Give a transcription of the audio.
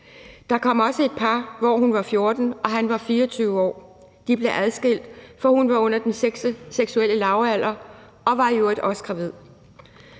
Der kom også et par; hun var 14, og han var 24 år. De blev adskilt, for hun var under den seksuelle lavalder og var i øvrigt også gravid.